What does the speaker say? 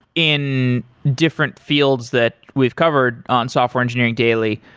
in different fields that we've covered on software engineering daily,